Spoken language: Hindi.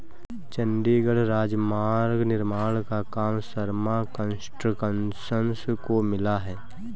चंडीगढ़ राजमार्ग निर्माण का काम शर्मा कंस्ट्रक्शंस को मिला है